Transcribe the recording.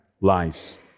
lives